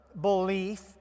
belief